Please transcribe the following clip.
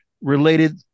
related